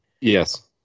Yes